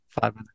five